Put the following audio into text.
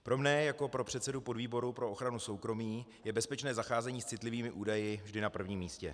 Pro mne jako pro předsedu podvýboru pro ochranu soukromí je bezpečné zacházení s citlivými údaji vždy na prvním místě.